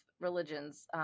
religions